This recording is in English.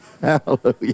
Hallelujah